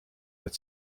nad